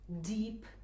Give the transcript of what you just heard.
deep